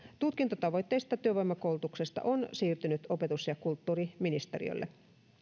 tutkintotavoitteisesta työvoimakoulutuksesta on siirtynyt opetus ja kulttuuriministeriölle